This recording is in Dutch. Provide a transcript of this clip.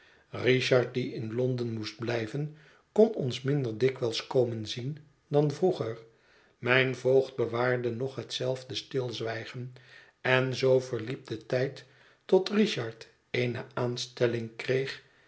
richard die in londen moest blijven kon ons minder dikwijls komen zien dan vroeger mijn voogd bewaarde nog hetzelfde stilzwijgen en zoo verliep de tijd tot richard eene aanstelling kreeg